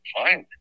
fine